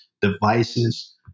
devices